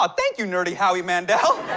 ah thank you, nerdy howie mandel!